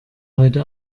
heute